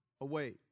away